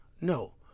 No